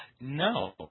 No